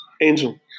Angel